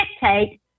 dictate